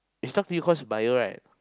eh she talk to you cause of bio right